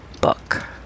book